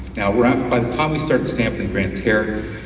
now by the time we started sampling grande terre,